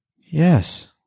Yes